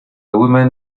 woman